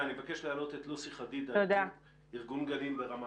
לוסי חדידה מארגון גנים ברמה